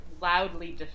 loudly